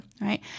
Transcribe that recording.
Right